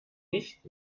nicht